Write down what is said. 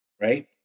right